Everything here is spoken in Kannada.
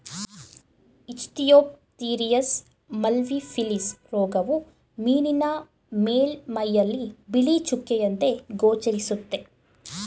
ಇಚ್ಥಿಯೋಫ್ಥಿರಿಯಸ್ ಮಲ್ಟಿಫಿಲಿಸ್ ರೋಗವು ಮೀನಿನ ಮೇಲ್ಮೈಯಲ್ಲಿ ಬಿಳಿ ಚುಕ್ಕೆಯಂತೆ ಗೋಚರಿಸುತ್ತೆ